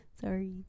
Sorry